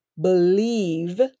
believe